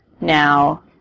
now